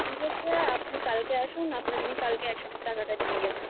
ঠিক আছে আপনি কালকে আসুন আপনাকে আমি কালকে একশো টাকাটা দিয়ে দেবো